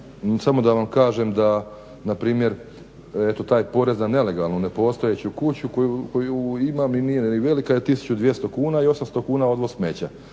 samo da vam kažem da npr. eto taj porez na nelegalnu nepostojeću kuću koju imam i …/Govornik se ne razumije./… je 1200 kuna i 800 kuna odvoz smeća.